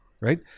right